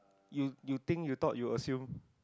you think you thought your assume